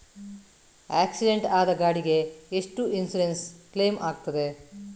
Accident ಆದ ಗಾಡಿಗೆ ಎಷ್ಟು ಇನ್ಸೂರೆನ್ಸ್ ಕ್ಲೇಮ್ ಆಗ್ತದೆ?